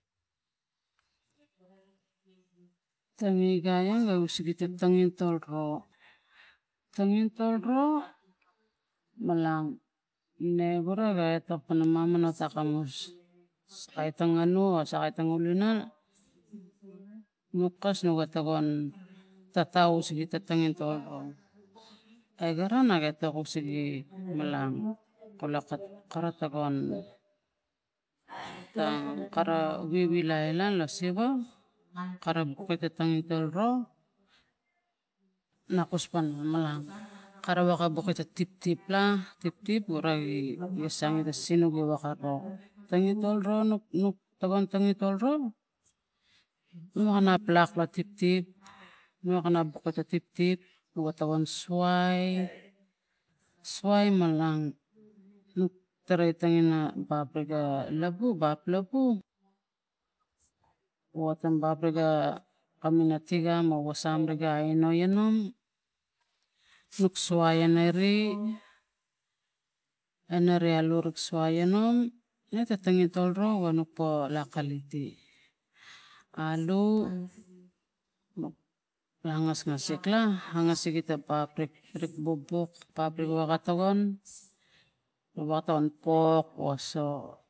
Tgc- 05- p003 1 tangi gai ia ga use ga tangintol o tangintol ro malang ne gura ga atak pana mamana tokamus, sakai tangano o sakai tangaulonang nu kas no ga tokon tata usi ga tangintol ai gara na ga tokon gi malang kat kara togan tang kara ilaila lo siva kara buk kita tangintol ro na kus pana kara wok a buk ina ta tiptip la tiptip ura gi sang ta sinuk giwak aro tangitol ro nut tokon tangitol ro nu wana laplo tiptip nu kata buk ata tiptip tokom suai suai malang nuk tarai tang ina riga labu lap labu watang bap riga natigun o wosap tigun eno inu nuk suai a neri a neri alu nuk suai anu na ta tangintol alu la angasgas sikla sigita bapri o bok pa pap rik aka tokan nu atan pok o.